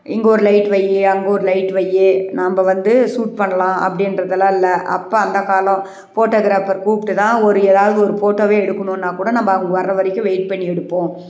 இங்கே ஒரு லைட் வை அங்கே ஒரு லைட் வை நம்ம வந்து சூட் பண்ணலாம் அப்படின்றதெல்லாம் இல்லை அப்போ அந்த காலம் ஃபோட்டோக்ராஃபர் கூப்பிட்டு தான் ஒரு ஏதாவது ஒரு ஃபோட்டோவே எடுக்கணுன்னாக் கூட நம்ம அவங்க வர்ற வரைக்கும் வெயிட் பண்ணி எடுப்போம்